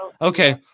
Okay